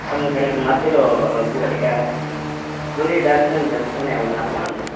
అందుకనక మధ్యలో గుడి గుడి దర్శనం చేసుకుని వెళ్దాము అన్న